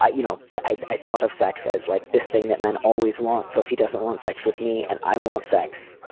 you know, i i thought of sex as like this thing that men always want. so if he doesn't want sex with me and i want sex,